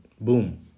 boom